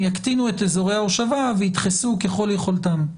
הם יקטינו את אזורי ההושבה וידחסו ככל יכולתם,